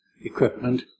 equipment